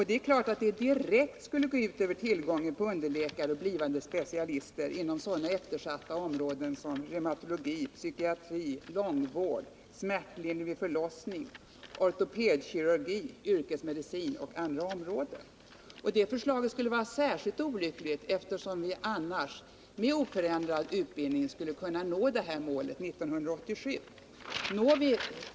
Det är klart att det direkt skulle gå ut över tillgången på underläkare och blivande specialister på sådana eftersatta områden som reumatologi, psykiatri, långvård, ortopedkirurgi, yrkesmedicin samt i fråga om smärtlindring vid förlossning. Detta förslag skulle vara särskilt olyckligt, eftersom vi annars med oförändrad utbildning skulle kunna nå det här målet 1987.